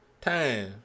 time